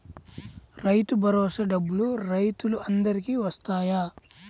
రైతు భరోసా డబ్బులు రైతులు అందరికి వస్తాయా?